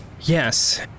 Yes